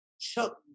Chuck